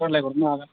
रायलाय हरनो हागोन